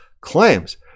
claims